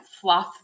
fluff